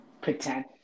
Pretend